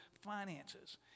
finances